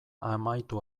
amaitu